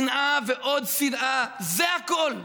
שנאה ועוד שנאה, זה הכול.